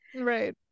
right